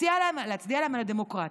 להצדיע להם על הדמוקרטיה.